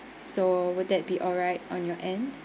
so will that be alright on your end